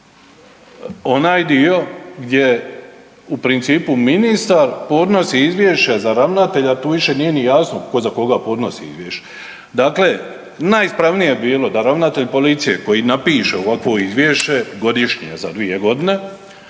onaj dio gdje u principu ministar podnosi izvješća za ravnatelja, tu više nije ni jasno tko za koga podnosi izvješće, dakle najispravnije bi bilo da ravnatelj policije koji napiše ovakvo izvješće godišnje za 2 godine